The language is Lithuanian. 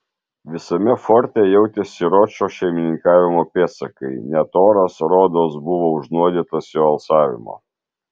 visame forte jautėsi ročo šeimininkavimo pėdsakai net oras rodos buvo užnuodytas jo alsavimo